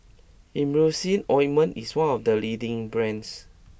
Emulsying Ointment is one of the leading brands